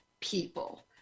people